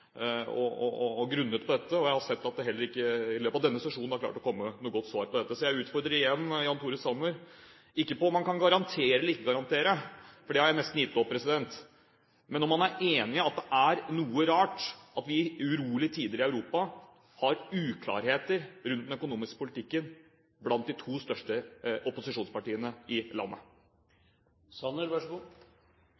og har grunnet på dette, og jeg har sett at man heller ikke i løpet av denne sesjonen har klart å komme med noe godt svar på dette. Så jeg utfordrer igjen Jan Tore Sanner, ikke på om han kan garantere eller ikke garantere – for det har jeg nesten gitt opp – men om han er enig i at det er noe rart at vi i urolige tider i Europa har uklarheter rundt den økonomiske politikken blant de to største opposisjonspartiene i landet.